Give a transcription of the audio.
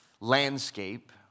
landscape